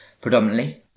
predominantly